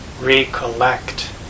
recollect